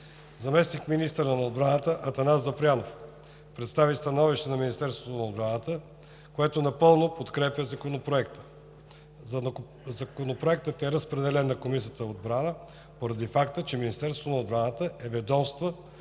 Заместник-министърът на отбраната Атанас Запрянов представи становище на Министерството на отбраната, което напълно подкрепя Законопроекта. Законопроектът е разпределен на Комисията по отбрана, поради факта че Министерството на отбраната е ведомството